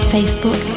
Facebook